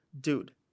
dude